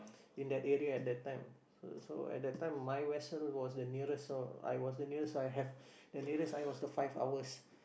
in that area at that time so so at that time my vessel was the nearest uh I was the nearest so I have the nearest I was to five hours